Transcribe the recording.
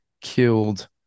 killed